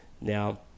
Now